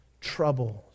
troubles